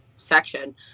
section